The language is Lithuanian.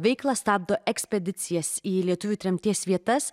veiklą stabdo ekspedicijas į lietuvių tremties vietas